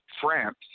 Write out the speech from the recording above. France